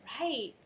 Right